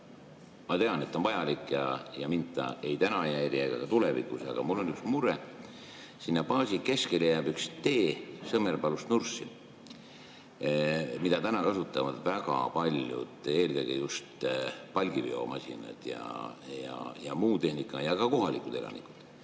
ma tean, on vajalik ja mind ta ei häiri täna ega ka tulevikus, aga mul on üks mure. Sinna baasi keskele jääb üks tee Sõmerpalust Nurssi, mida täna kasutavad väga paljud, eelkõige just palgiveomasinad ja muu tehnika ja ka kohalikud elanikud.